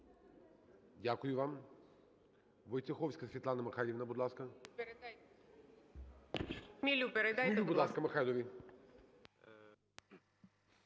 Дякую вам.